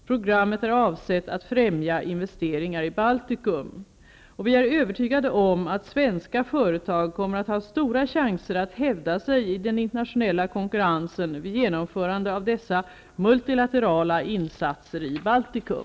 Programmet är avsett att främja investeringar i Baltikum. Vi är övertygade om att svenska företag kommer att ha stora chanser att hävda sig i den internationella konkurrensen vid genomförandet av dessa multilaterala insatser i Baltikum.